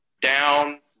down